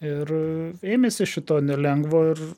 ir ėmėsi šito nelengvo ir